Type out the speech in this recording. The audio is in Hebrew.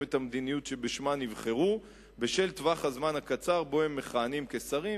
את המדיניות שבשמה נבחרו בשל טווח הזמן הקצר שבו הם מכהנים כשרים,